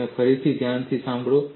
તમે ફરીથી ધ્યાનથી સાંભળો